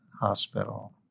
hospital